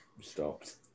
stopped